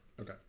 Okay